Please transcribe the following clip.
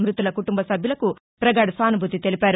మృతుల కుటుంబసభ్యులకు ప్రగాఢ సానుభూతి తెలిపారు